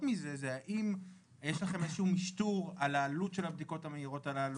מזה זה האם יש לכם איזה שהוא משטור על העלות של הבדיקות המהירות הללו,